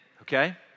okay